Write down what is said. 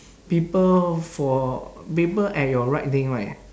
people for people at your right lane right